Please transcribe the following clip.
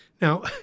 Now